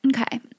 okay